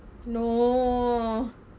no